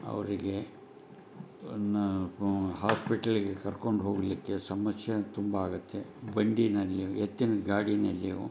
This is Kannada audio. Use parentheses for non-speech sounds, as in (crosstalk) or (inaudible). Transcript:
ಅವರಿಗೆ (unintelligible) ಹಾಸ್ಪೆಟ್ಲಿಗೆ ಕರ್ಕೊಂಡು ಹೋಗಲಿಕ್ಕೆ ಸಮಸ್ಯೆ ತುಂಬಾ ಆಗತ್ತೆ ಬಂಡಿನಲ್ಲಿಯೋ ಎತ್ತಿನ ಗಾಡಿನಲ್ಲಿಯೋ